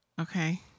Okay